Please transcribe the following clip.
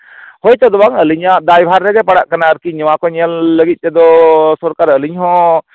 ᱦᱳᱭᱛᱳ ᱫᱚ ᱵᱟᱝ ᱟᱞᱤᱧᱟᱜ ᱫᱟᱭᱵᱷᱟᱨ ᱨᱮᱜᱮ ᱯᱟᱲᱟᱜ ᱠᱟᱱᱟ ᱟᱨᱠᱤ ᱱᱚᱣᱟ ᱠᱚ ᱧᱮᱞ ᱞᱟᱹᱜᱤᱫ ᱛᱮᱫᱚ ᱥᱚᱨᱠᱟᱨ ᱟᱞᱤᱧ ᱦᱚᱸ